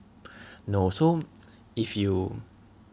no so if you